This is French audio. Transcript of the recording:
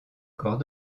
corps